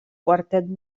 quartet